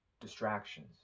distractions